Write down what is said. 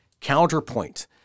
counterpoint